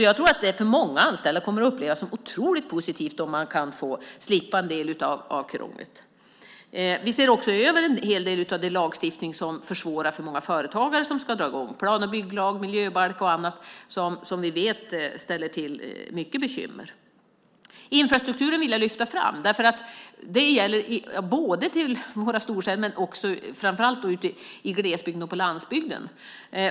Jag tror att många anställda kommer att uppleva det som otroligt positivt om man kan slippa en del av krånglet. Vi ser också över en hel del av den lagstiftning som försvårar för många företagare som ska dra i gång. Det gäller plan och bygglagen, miljöbalken och annat som vi vet ställer till mycket bekymmer. Infrastrukturen vill jag lyfta fram. Det gäller i våra storstäder men framför allt i glesbygden och på landsbygden.